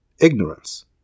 ignorance